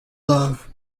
love